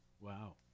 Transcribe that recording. Wow